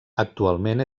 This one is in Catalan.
actualment